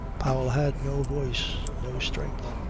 powell had no voice, no strength.